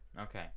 Okay